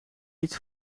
niet